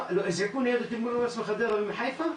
הזעיקו ניידת טיפול נמרץ מחדרה ומחיפה,